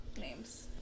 names